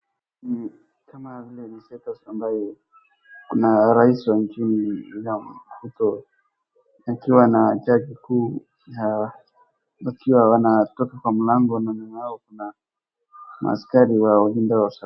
Kuna rais wa nchini Kenya William Ruto wakiwa na jaji mkuu wakiwa wantoka kwa mlango na nyuma yao kuna maskari wanowalinda wa usalama.